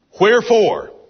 Wherefore